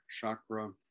Chakra